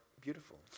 beautiful